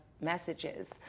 messages